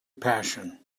passion